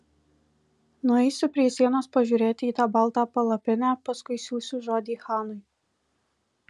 nueisiu prie sienos pažiūrėti į tą baltą palapinę paskui siųsiu žodį chanui